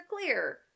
clear